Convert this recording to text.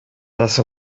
das